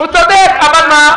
הוא צודק, אבל מה?